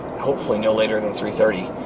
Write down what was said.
hopefully no later than three thirty.